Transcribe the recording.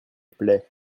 plait